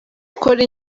gukora